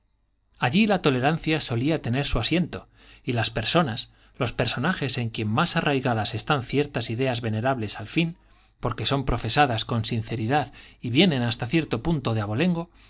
allí la tolerancia solía tener su asiento y las personas los personajes en quien más arraigadas están ciertas ideas venerables al fin porque son profesadas con sinceridad y vienen hasta cierto punto de abolengo